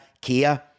Kia